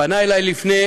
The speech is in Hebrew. פנה אלי לפני